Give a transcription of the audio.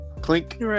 Clink